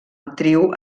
actriu